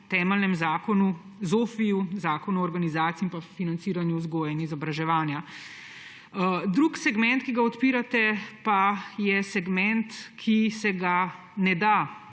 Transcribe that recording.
temeljnem zakonu ZOFVI, Zakonu o organizaciji in financiranju vzgoje in izobraževanja. Drugi segment, ki ga odpirate, pa je segment, ki se ga ne da,